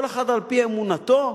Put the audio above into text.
כל אחד על-פי אמונתו,